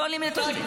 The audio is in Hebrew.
לא עונים לתושבים.